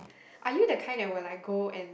are you the kind that will like go and